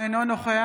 אינו נוכח